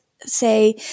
say